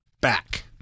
back